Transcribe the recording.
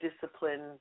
discipline